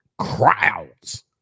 crowds